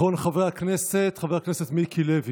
אחרון חברי הכנסת, חבר הכנסת מיקי לוי.